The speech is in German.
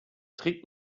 trägt